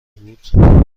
بود